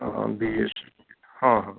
ਹਾਂ ਬੀਐੱਸਸੀ ਹਾਂ ਹਾਂ